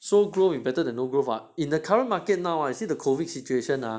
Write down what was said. slow grown is better than no growth ah in the current market now ah in the COVID situation ah